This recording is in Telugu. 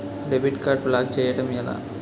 డెబిట్ కార్డ్ బ్లాక్ చేయటం ఎలా?